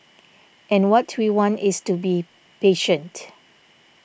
and what we want is to be patient